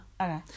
Okay